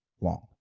long